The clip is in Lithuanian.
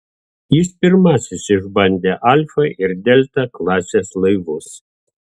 jis pirmasis išbandė alfa ir delta klasės laivus